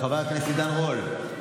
חבר הכנסת עידן רול,